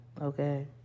okay